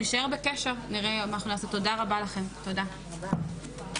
תודה רבה לכולם, הישיבה נעולה.